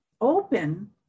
open